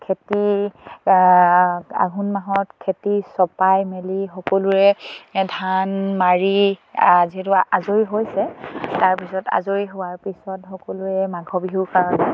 খেতি আঘোণ মাহত খেতি চপাই মেলি সকলোৱে ধান মাৰি যিহেতু আজৰি হৈছে তাৰপিছত আজৰি হোৱাৰ পিছত সকলোৱে মাঘৰ বিহুৰ কাৰণে